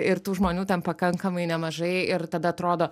ir tų žmonių ten pakankamai nemažai ir tada atrodo